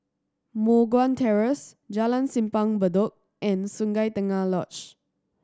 Moh Guan Terrace Jalan Simpang Bedok and Sungei Tengah Lodge